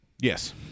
Yes